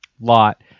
Lot